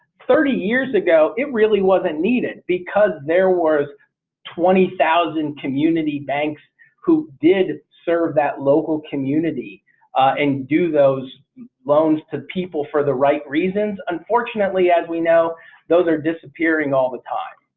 thirty years ago it really wasn't needed because there was twenty thousand community banks who did serve that local community and do those loans to people for the right reasons. unfortunately, as we know those are disappearing all the time